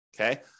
okay